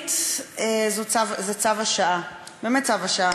עירונית זה צו השעה, באמת צו השעה.